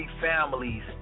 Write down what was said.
families